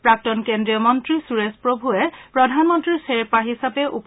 প্ৰাক্তন কেন্দ্ৰীয় মন্ত্ৰী সুৰেশ প্ৰভুৱে প্ৰধানমন্ত্ৰীৰ খেৰ্পা হিচাপে উপস্থিত থাকিব